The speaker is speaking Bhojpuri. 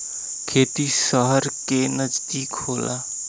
खेती सहर के नजदीक होला